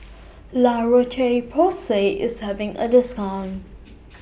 La Roche Porsay IS having A discount